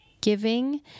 giving